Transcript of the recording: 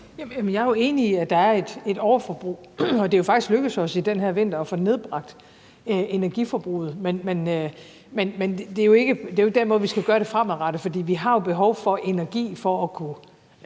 jeg er enig i, at der er et overforbrug, og det er jo faktisk lykkedes os i den her vinter at få nedbragt energiforbruget. Men det er ikke den måde, vi skal gøre det på fremadrettet, for vi har jo behov for energi for at kunne